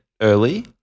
early